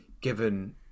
given